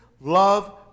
love